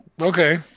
okay